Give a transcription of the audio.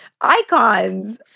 Icons